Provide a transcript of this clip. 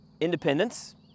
independence